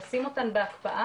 לשים אותן בהקפאה